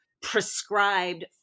prescribed